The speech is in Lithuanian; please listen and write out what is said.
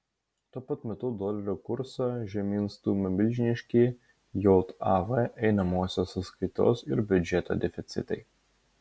tuo pat metu dolerio kursą žemyn stumia milžiniški jav einamosios sąskaitos ir biudžeto deficitai